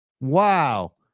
Wow